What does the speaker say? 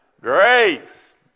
Grace